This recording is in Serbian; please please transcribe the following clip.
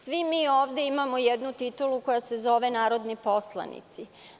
Svi mi ovde imamo jednu titulu koja se zove narodni poslanik.